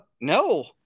no